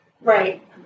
Right